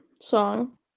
song